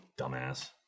Dumbass